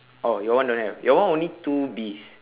oh your one don't have your one only two bees